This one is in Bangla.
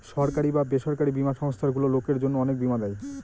সরকারি বা বেসরকারি বীমা সংস্থারগুলো লোকের জন্য অনেক বীমা দেয়